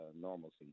normalcy